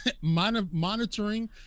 monitoring